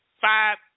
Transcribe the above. five